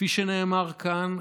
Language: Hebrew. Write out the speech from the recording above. כפי שנאמר כאן,